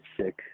sick